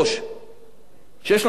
שיש לנו כמה ערוצי טלוויזיה.